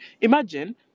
Imagine